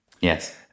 Yes